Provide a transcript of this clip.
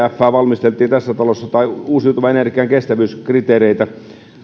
valmisteltiin tässä talossa tai uusiutuvan energian kestävyyskriteereitä